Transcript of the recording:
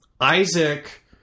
Isaac